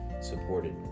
supported